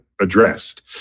addressed